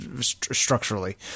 structurally